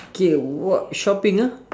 K what shopping ah